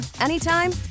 anytime